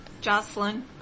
Jocelyn